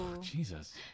Jesus